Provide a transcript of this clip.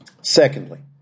Secondly